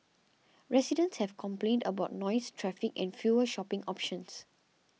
residents have complained about noise traffic and fewer shopping options